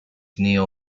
kneel